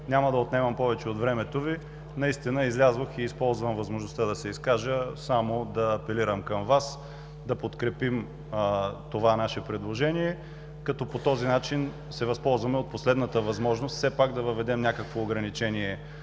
Няма да отнемам повече от времето Ви. Наистина излязох и използвам възможността да се изкажа. Само да апелирам към Вас да подкрепим това наше предложение, като по този начин се възползваме от последната възможност, все пак да въведем някакво ограничение